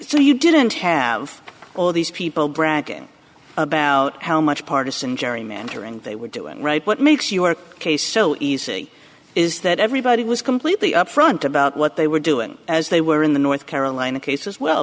so you didn't have all these people bragging about how much partisan gerrymandering they were doing right what makes your case so easy is that everybody was completely upfront about what they were doing as they were in the north carolina case as well